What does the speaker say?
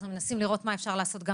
ואנחנו מנסים לראות מה אפשר לעשות גם